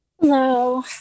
Hello